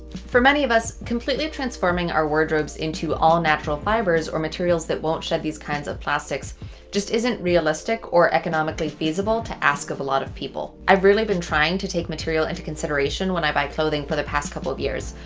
for many of us, completely transforming our wardrobes into all natural fibers or materials that won't shed these kinds of plastics just isn't realistic or economically feasible to ask of a lot of people. i've really been trying to take material into consideration when i buy clothing for the past couple of years,